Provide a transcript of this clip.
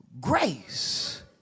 grace